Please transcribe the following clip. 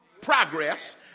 progress